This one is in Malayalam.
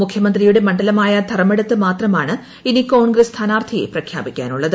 മുഖ്യമന്ത്രിയുടെ മണ്ഡലമായ ധർമ്മടത്ത് മാത്രമാണ് ഇനി കോൺഗ്രസ് സ്ഥാനാർഥിയെ പ്രഖ്യാപിക്കാനുള്ളത്